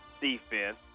defense